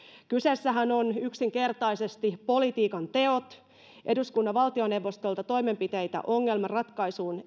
kyseessähän ovat yksinkertaisesti politiikan teot eduskunnan valtioneuvostolta toimenpiteitä ongelman ratkaisuun